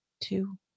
two